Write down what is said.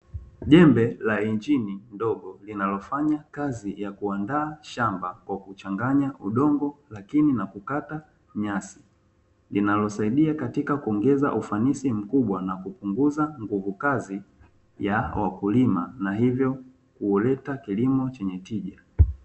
Jembe la injini ndogo, linalofanya kazi ya kuandaa shamba kwa kuchanganya udongo, lakini na kukata nyasi, linalosaidia katika kuongeza ufanisi mkubwa na kupunguza nguvu kazi ya wakulima na hivyo kuleta kilimo chenye tija.